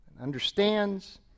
understands